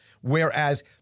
Whereas